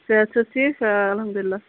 صحت چھُو حظ ٹھیٖک آ اَلحمدُاللہ